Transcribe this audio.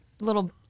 little